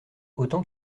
autant